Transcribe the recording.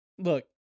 look